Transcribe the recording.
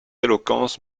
éloquence